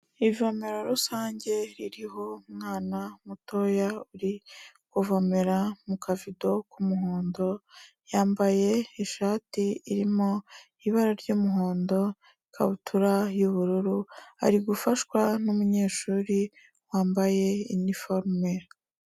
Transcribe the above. Ivomero rusange ririho umwana mutoya uri kuvomera mu kavido k'umuhondo yambaye ishati irimo ibara ry'umuhondo ikabutura y'ubururu ari gufashwa numunyeshuri wambaye iniforume.